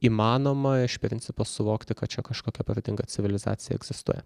įmanoma iš principo suvokti kad čia kažkokia protinga civilizacija egzistuoja